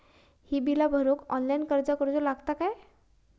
ही बीला भरूक ऑनलाइन अर्ज करूचो लागत काय?